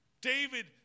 David